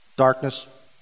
darkness